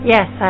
Yes